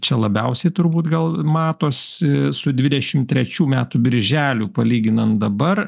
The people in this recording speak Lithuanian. čia labiausiai turbūt gal matosi su dvidešim trečių metų birželiu palyginant dabar